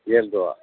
ஏழ் ரூபா